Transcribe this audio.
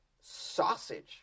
sausage